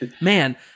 Man